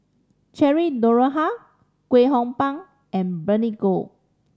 Cheryl Noronha Kwek Hong Png and Bernice Ong